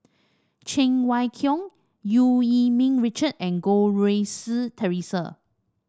Cheng Wai Keung Eu Yee Ming Richard and Goh Rui Si Theresa